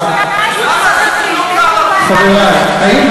גם סילוק הערבים מהכנסת, זה